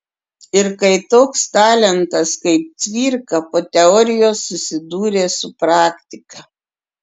ir kai toks talentas kaip cvirka po teorijos susidūrė su praktika